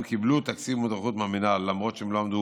קיבלו תקציב מודרכות מהמינהל למרות שהם לא עמדו